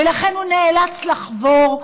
ולכן הוא נאלץ לחבור.